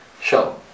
show